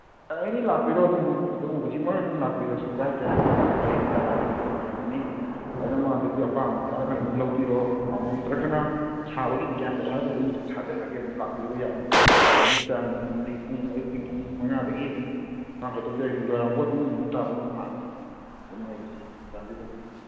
ꯑꯦꯅꯤ ꯂꯥꯛꯄꯤꯔꯣ ꯑꯗꯨꯝ ꯑꯗꯨꯝ ꯍꯧꯖꯤꯛꯃꯛ ꯑꯗꯨꯝ ꯂꯥꯛꯄꯤꯔꯁꯨ ꯀꯥꯏꯗ꯭ꯔꯦ ꯑꯗꯨꯝ ꯂꯩ ꯌꯥꯔꯅꯤ ꯂꯣꯏꯅ ꯐꯪꯉꯅꯤ ꯂꯣꯏꯅꯃꯛ ꯑꯗꯒꯤ ꯑꯄꯥꯝꯕ ꯌꯥꯎꯔꯒꯅ ꯑꯗꯨꯝ ꯂꯧꯕꯤꯔꯣ ꯄꯥꯝꯃꯝꯗ꯭ꯔꯒꯅ ꯁꯥꯕꯒꯤ ꯗꯤꯖꯥꯏꯟꯗꯣ ꯍꯥꯏꯔꯒ ꯑꯗꯨꯝ ꯁꯥꯖꯔꯒꯦ ꯑꯗꯨꯝ ꯂꯥꯛꯄꯤꯔꯣ ꯌꯥꯅꯤ ꯑꯦꯅꯤ ꯇꯥꯏꯝ ꯑꯗꯨꯝ ꯑꯩ ꯑꯌꯨꯛꯀꯤ ꯄꯨꯡ ꯃꯉꯥꯗꯒꯤ ꯑꯗꯨꯝ ꯅꯨꯡꯗꯥꯡꯋꯥꯏꯔꯝꯕꯧ ꯑꯗꯨꯝ ꯅꯨꯃꯤꯠ ꯇꯥꯕꯧ ꯍꯥꯡꯉꯤ ꯑꯗꯨꯝ ꯑꯩ